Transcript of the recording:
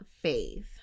faith